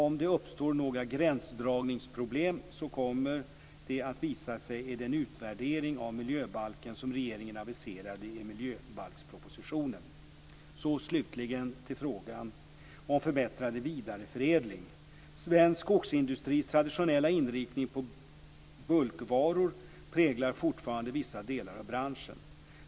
Om det uppstår några gränsdragningsproblem så kommer det att visa sig i den utvärdering av miljöbalken som regeringen aviserade i miljöbalkspropositionen. Så slutligen till frågan om förbättrad vidareförädling. Svensk skogsindustris traditionella inriktning på bulkvaror präglar fortfarande vissa delar av branschen.